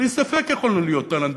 בלי ספק יכולנו להית הולנד.